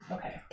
Okay